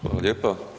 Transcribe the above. Hvala lijepa.